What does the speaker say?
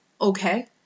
Okay